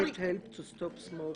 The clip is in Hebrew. גמילה נשמע לא טוב.